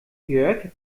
jörg